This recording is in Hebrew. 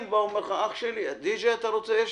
אם הוא אומר לך: "אח שלי, אתה רוצה די-ג'יי?